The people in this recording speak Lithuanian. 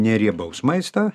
neriebaus maisto